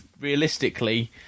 Realistically